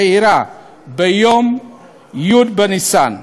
שאירעה ביום י' בניסן.